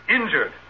injured